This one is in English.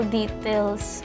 details